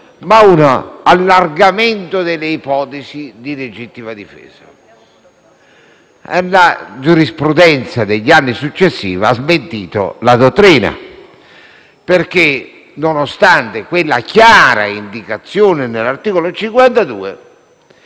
a un allargamento delle ipotesi di legittima difesa. La giurisprudenza degli anni successivi ha smentito la dottrina, perché - nonostante la chiara indicazione dell'articolo 52